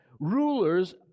Rulers